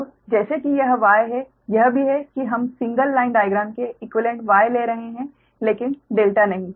अब जैसे कि यह Y है यह भी है कि हम सिंगल लाइन डाइग्राम के इक्वीवेलेंट Y ले रहे हैं लेकिन ∆ नहीं